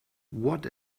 what